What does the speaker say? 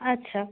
আচ্ছা